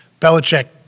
Belichick